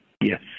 yes